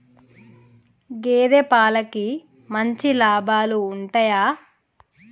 గేదే పాలకి మంచి లాభాలు ఉంటయా?